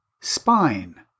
Spine